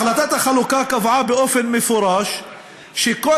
החלטת החלוקה קבעה באופן מפורש שכל